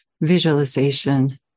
visualization